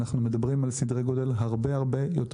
אנחנו מדברים על סדרי גודל הרבה הרבה יותר